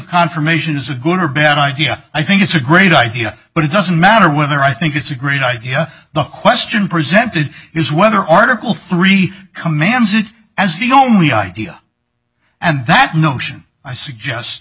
confirmation is a good or bad idea i think it's a great idea but it doesn't matter whether i think it's a great idea the question presented is whether article three commands it as the only idea and that notion i suggest